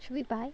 should we buy